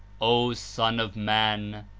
o son of man!